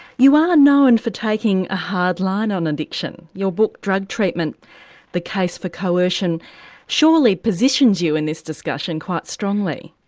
you are known for taking a hard line on addiction your book drug treatment the case for coercion surely positions you in this discussion quite strongly?